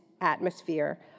atmosphere